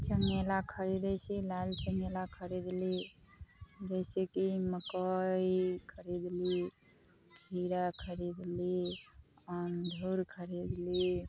चङ्गेरा खरीदै छी लाल चङ्गेरा खरीदली जैसे की मकइ खरीदली खीरा खरीदली अङ्गूर खरीदली